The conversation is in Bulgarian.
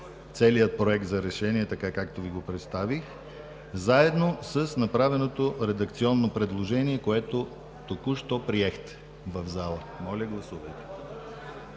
целия Проект за решение така, както Ви го представих, заедно с направеното редакционно предложение, което току-що приехте в зала. Моля, гласувайте.